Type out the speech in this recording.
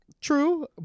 True